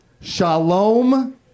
Shalom